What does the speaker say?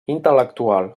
intel·lectual